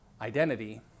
Identity